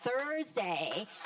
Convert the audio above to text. Thursday